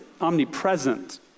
omnipresent